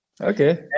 Okay